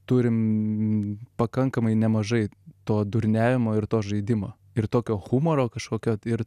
turim pakankamai nemažai to durnevimo ir to žaidimo ir tokio humoro kažkokio ir